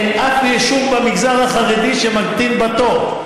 אין אף יישוב במגזר החרדי שממתין בתור.